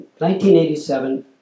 1987